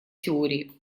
теории